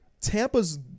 Tampa's –